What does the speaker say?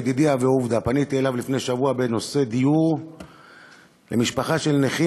בדידי הווה עובדא: פניתי אליו לפני שבוע בנושא של דיור למשפחה של נכים.